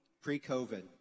pre-COVID